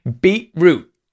Beetroot